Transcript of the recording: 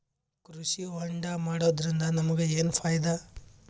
ಕೃಷಿ ಹೋಂಡಾ ಮಾಡೋದ್ರಿಂದ ನಮಗ ಏನ್ ಫಾಯಿದಾ?